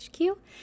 HQ